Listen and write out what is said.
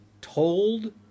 told